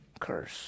curse